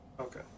Okay